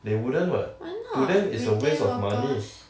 they wouldn't what to them is a waste of money